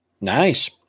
Nice